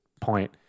point